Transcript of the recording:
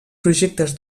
projectes